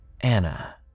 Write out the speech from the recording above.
Anna